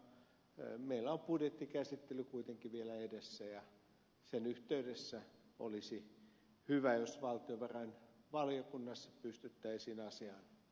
meillä on budjettikäsittely kuitenkin vielä edessä ja sen yhteydessä olisi hyvä jos valtiovarainvaliokunnassa pystyttäisiin assia